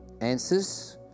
answers